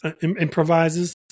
improvises